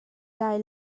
lai